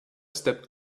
stepped